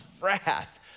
wrath